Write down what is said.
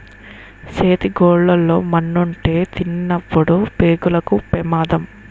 చేతి గోళ్లు లో మన్నుంటే తినినప్పుడు పేగులకు పెమాదం